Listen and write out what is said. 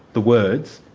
the words,